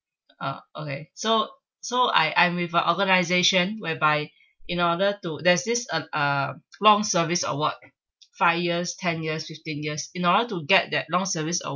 ah okay so so I I'm with a organisation whereby in order to there's this uh a long service award five years ten years fifteen years in order to get that long service award